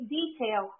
detail